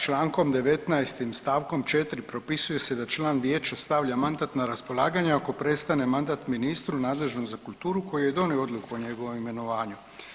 Čl. 19. st. 4. propisuje se da član vijeća stavlja mandat na raspolaganje ako prestane mandat ministru nadležnom za kulturu koji je donio odluku o njegovom imenovanju.